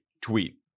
tweet